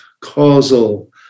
causal